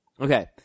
Okay